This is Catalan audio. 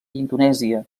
indonèsia